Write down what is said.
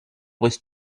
was